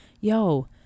yo